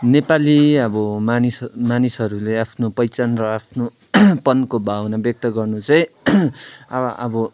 नेपाली अब मानिस मानिसहरूले आफ्नो पहिचान र आफ्नो पनको भावना व्यक्त गर्नु चाहिँ अब